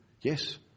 Yes